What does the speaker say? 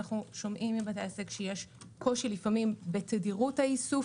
אנחנו שומעים מבתי העסק שלפעמים יש קושי בתדירות האיסוף.